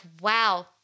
wow